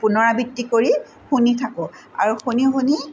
পুনৰাবৃত্তি কৰি শুনি থাকোঁ আৰু শুনি শুনি